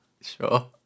Sure